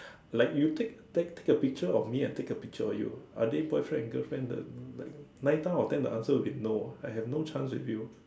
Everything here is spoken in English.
like you take take take a picture of me and take a picture or you are they boyfriend and girlfriend the like nine time out of ten the answer will be no ah I have no chance with you